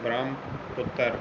Brahmaputra